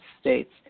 states